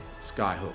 Skyhook